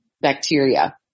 bacteria